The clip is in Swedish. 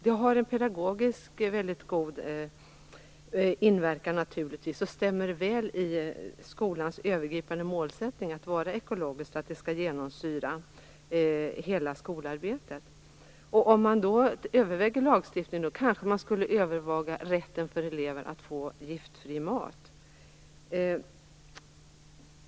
Det har en pedagogisk god inverkan och stämmer väl med skolans övergripande mål, att en ekologisk grundsyn skall genomsyra hela skolarbetet. Om man överväger lagstiftning, kanske man också skulle överväga rätten för elever att få giftfri mat.